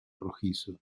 rojizo